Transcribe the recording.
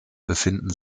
befinden